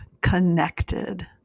connected